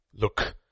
Look